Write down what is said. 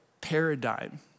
paradigm